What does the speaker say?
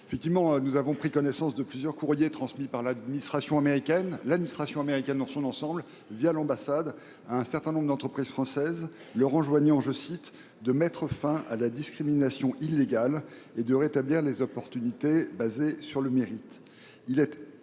Rossignol, nous avons en effet pris connaissance de plusieurs courriers transmis par l’administration américaine – je dis bien l’administration américaine dans son ensemble – l’ambassade à un certain nombre d’entreprises françaises, leur enjoignant de « mettre fin à la discrimination illégale » et de « rétablir les opportunités […] basées sur le mérite ».